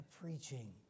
preaching